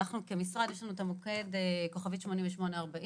כמשרד יש לנו מוקד 8840,